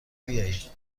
بیایید